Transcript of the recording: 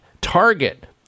Target